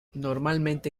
normalmente